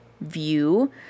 view